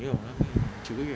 没有满会九个月